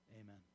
amen